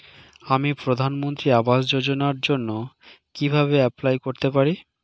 আমি প্রধানমন্ত্রী আবাস যোজনার জন্য কিভাবে এপ্লাই করতে পারি?